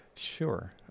Sure